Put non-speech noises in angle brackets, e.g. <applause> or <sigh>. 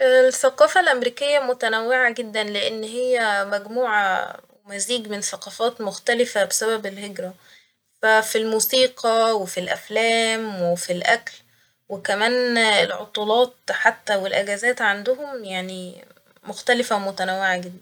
الثقافة الأمريكية متنوعة جدا لإن هي مجموعة <hesitation> ومزيج من ثقافات مختلفة بسبب الهجرة ، ف فالموسيقى وفالأفلام وفالأكل وكمان ال <hesitation> عطلات حتى والأجازات عندهم يعني <hesitation> مختلفة ومتنوعة جدا